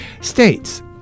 States